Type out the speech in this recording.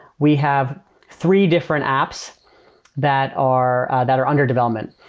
we have three different apps that are that are under development.